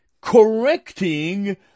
correcting